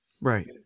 right